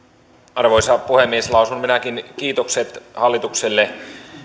arvoisa puhemies lausun minäkin kiitokset hallitukselle